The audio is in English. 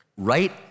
Right